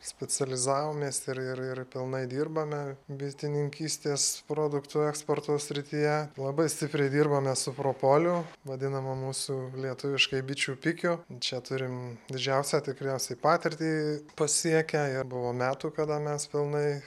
specializavomės ir ir ir pilnai dirbame bitininkystės produktų eksporto srityje labai stipriai dirbame su propoliu vadinama mūsų lietuviškai bičių pikiu čia turim didžiausią tikriausiai patirtį pasiekę ir buvo metų kada mes pilnai